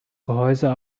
gehäuse